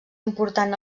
important